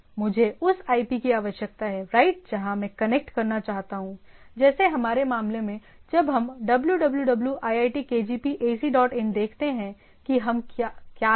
मुझे उस आईपी की आवश्यकता है राइट जहां मैं कनेक्ट करना चाहता हूं जैसे हमारे मामले में जब हम www iitkgp AC dot in देखते हैं कि हम क्या देख रहे हैं